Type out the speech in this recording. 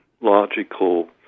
logical